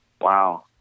wow